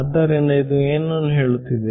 ಆದ್ದರಿಂದ ಇದು ಏನನ್ನು ಹೇಳುತ್ತಿದೆ